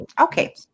okay